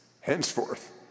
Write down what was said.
Henceforth